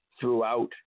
throughout